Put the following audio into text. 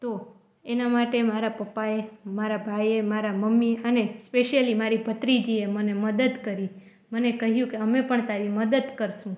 તો એના માટે મારા પપ્પાએ મારા ભાઈએ મારા મમ્મી અને સ્પેસીયલી મારી ભત્રીજીએ મને મદદ કરી મને કહ્યું કે અમે પણ તારી મદદ કરીશું